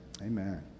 Amen